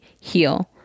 heal